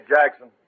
Jackson